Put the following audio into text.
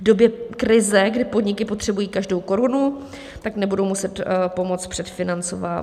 V době krize, kdy podniky potřebují každou korunu, tak nebudou muset pomoc předfinancovávat.